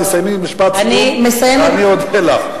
תסיימי, משפט סיום ואני אודה לך.